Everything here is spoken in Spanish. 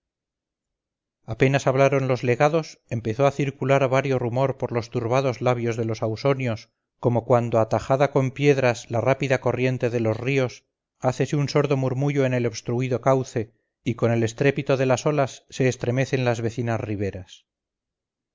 apenas hablaron los legados empezó a circular vario rumor por los turbados labios de los ausonios como cuando atajada con piedras la rápida corriente de los ríos hácese un sordo murmullo en el obstruido cauce y con el estrépito de las olas se estremecen las vecinas riberas